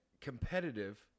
competitive